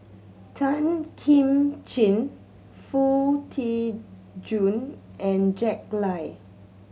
Tan Kim Ching Foo Tee Jun and Jack Lai